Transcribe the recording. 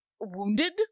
wounded